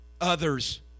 others